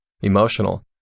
emotional